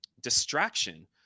distraction